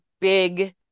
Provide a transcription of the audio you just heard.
big